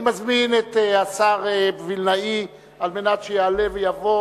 אני מזמין את השר וילנאי על מנת שיעלה ויבוא